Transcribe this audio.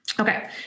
Okay